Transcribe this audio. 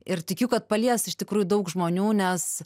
ir tikiu kad palies iš tikrųjų daug žmonių nes